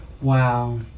Wow